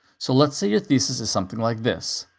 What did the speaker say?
so let's say your thesis is something like this